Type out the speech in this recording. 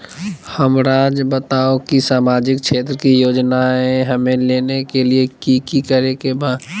हमराज़ बताओ कि सामाजिक क्षेत्र की योजनाएं हमें लेने के लिए कि कि करे के बा?